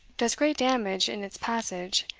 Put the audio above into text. does great damage in its passage,